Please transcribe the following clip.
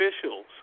officials